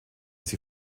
sie